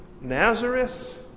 Nazareth